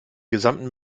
gesamten